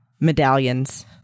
medallions